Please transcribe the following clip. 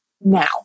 now